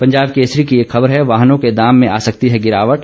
पंजाब केसरी की एक खबर है वाहनों के दाम में आ सकती है गिरावट